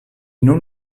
nun